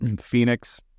Phoenix